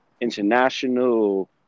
international